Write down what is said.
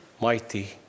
mighty